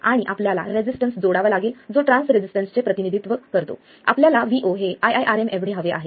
आणि आपल्याला रेसिस्टन्स जोडावा लागेल जो ट्रान्स रेसिस्टन्स चे प्रतिनिधित्व करतो आपल्याला VO हे iiRm एवढे हवे आहे